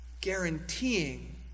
guaranteeing